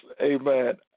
amen